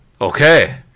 Okay